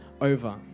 over